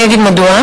ואני אגיד מדוע,